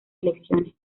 elecciones